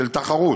של תחרות.